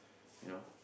you know